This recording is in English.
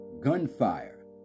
gunfire